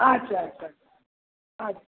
अच्छा अच्छा आ